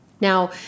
Now